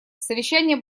совещание